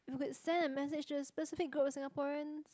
if you could send a message to a specific group of Singaporeans